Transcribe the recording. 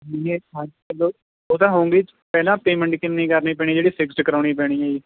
ਉਹ ਤਾਂ ਹੋਊਂਗੇ ਜੀ ਪਹਿਲਾਂ ਪੇਮੈਂਟ ਕਿੰਨੀ ਕਰਨੀ ਪੈਣੀ ਜਿਹੜੀ ਫਿਕਸਡ ਕਰਵਾਉਣੀ ਪੈਣੀ ਹੈ ਜੀ